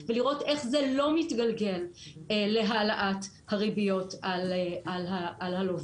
ולראות איך זה לא מתגלגל להעלאת הריביות על הלווים.